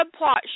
subplot